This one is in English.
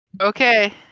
Okay